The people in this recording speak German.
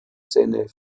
seine